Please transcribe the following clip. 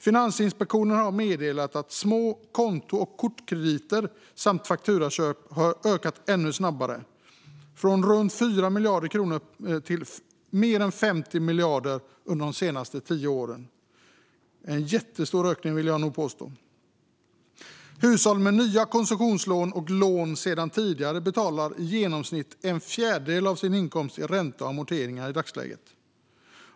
Finansinspektionen har meddelat att små konto och kortkrediter samt fakturaköp har ökat ännu snabbare, från runt 4 miljarder kronor till mer än 50 miljarder under de senaste tio åren. Det är en jättestor ökning. Hushåll med nya konsumtionslån och lån sedan tidigare betalar i dagsläget i genomsnitt en fjärdedel av sin inkomst i ränta och amorteringar.